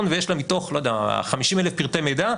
ויש לה מתוך לא יודע 50 אלף פרטי מידע,